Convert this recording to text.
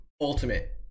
Ultimate